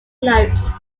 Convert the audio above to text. notes